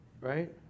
right